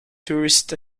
tourist